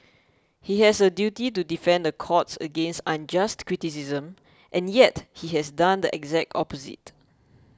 he has a duty to defend the courts against unjust criticism and yet he has done the exact opposite